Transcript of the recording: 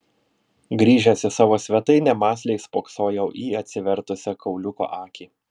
grįžęs į savo svetainę mąsliai spoksojau į atsivertusią kauliuko akį